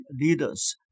leaders